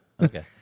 Okay